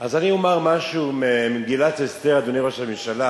אז אני אומר משהו ממגילת אסתר, אדוני, ראש הממשלה,